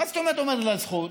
מה זאת אומרת שעומדת לה הזכות?